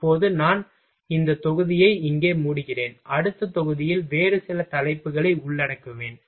இப்போது நான் இந்த தொகுதியை இங்கே மூடுகிறேன் அடுத்த தொகுதியில் வேறு சில தலைப்புகளை உள்ளடக்குவேன்